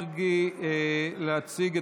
גיור והוא דיין גיור מוכשר.